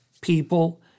people